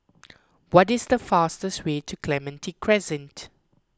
what is the fastest way to Clementi Crescent